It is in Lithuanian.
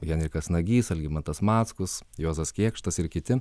henrikas nagys algimantas mackus juozas kėkštas ir kiti